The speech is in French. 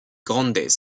grandes